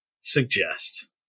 suggest